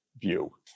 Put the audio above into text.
view